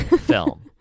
film